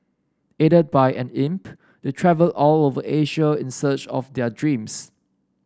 aided by an imp they travel all over Asia in search of their dreams